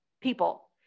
people